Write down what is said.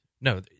No